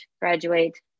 graduate